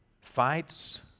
fights